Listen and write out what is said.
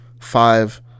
five